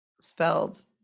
spelled